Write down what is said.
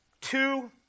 two